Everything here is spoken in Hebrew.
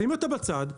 שימי אותה בצד,